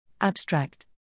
Abstract